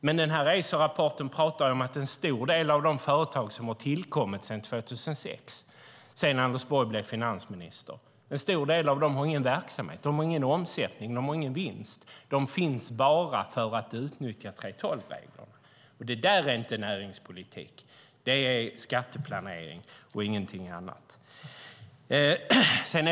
Men Esorapporten pratar om att en stor del av de företag som har tillkommit sedan 2006, sedan Anders Borg blev finansminister, inte har någon verksamhet. De har ingen omsättning, ingen vinst. De finns bara för att utnyttja 3:12-reglerna. Det är inte näringspolitik, utan det är skatteplanering och ingenting annat.